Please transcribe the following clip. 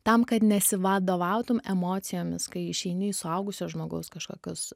tam kad nesivadovautum emocijomis kai išeini į suaugusio žmogaus kažkokius